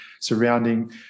surrounding